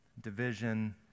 division